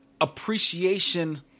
appreciation